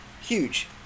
huge